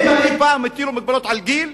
האם הטילו אי-פעם מגבלות של גיל?